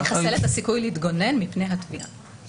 זה יחסל את הסיכוי להתגונן מפני התביעה.